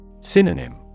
Synonym